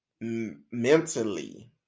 mentally